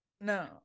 No